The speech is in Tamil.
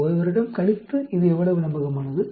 1 வருடம் கழித்து இது எவ்வளவு நம்பகமானது